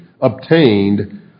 obtained